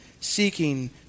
seeking